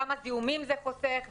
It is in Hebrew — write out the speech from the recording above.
כמה זיהומים זה חוסך וכולי.